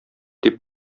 дип